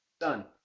Done